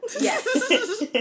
Yes